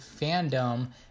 fandom